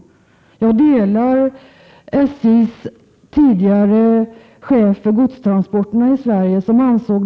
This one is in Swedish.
4 maj 1988 Jag har samma åsikt som den tidigare chefen för godstransporterna i Sövriska åtgärderför Sverige förespråkade.